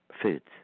foods